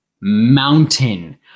mountain